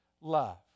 love